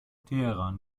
teheran